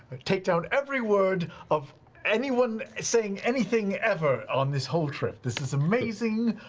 take down every word of anyone saying anything ever on this whole trip. this is amazing.